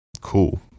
Cool